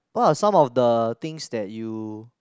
what are some of the things that you